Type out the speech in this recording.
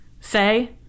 say